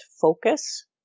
Focus